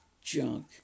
junk